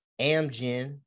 Amgen